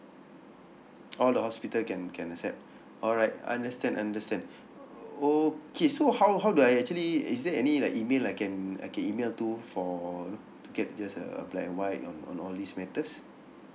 all the hospital can can accept alright understand understand okay so how how do I actually is there any like email I can I can email to for to get just a black and white on all these matters